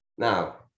Now